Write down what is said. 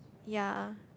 ya